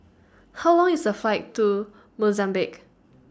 How Long IS The Flight to Mozambique